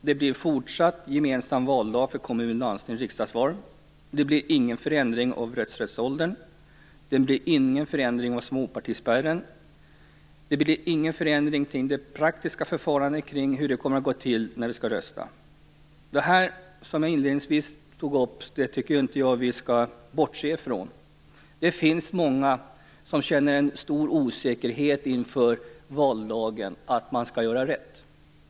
Det blir fortsatt gemensam valdag för kommun-, landstingsoch riksdagsval, det blir ingen förändring av rösträttsåldern, det blir ingen förändring av småpartispärren och det blir ingen förändring i det praktiska förfarandet kring hur det går till när man skall rösta. Detta, som jag inledningsvis tog upp, tycker jag inte att vi skall bortse ifrån. Det finns många som känner en stor osäkerhet inför valdagen och en oro för att man inte skall göra rätt.